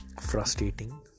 frustrating